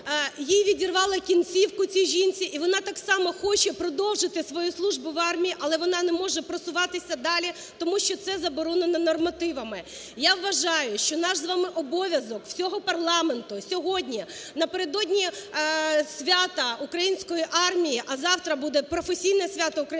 Їй відірвало кінцівку, цій жінці, і вона так само хоче продовжити свою службу в армії, але вона не може просуватися далі, тому що це заборонено нормативами. Я вважаю, що наш з вами обов'язок всього парламенту сьогодні, напередодні свята української армії, а завтра буде професійне свято української армії,